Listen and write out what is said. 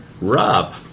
Rob